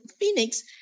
Phoenix